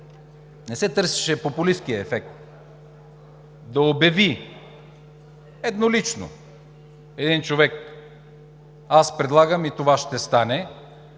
не се търсеше популисткият ефект да убеди еднолично един човек – аз предлагам, и това ще стане,